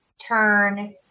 turn